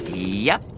yup.